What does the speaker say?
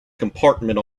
compartment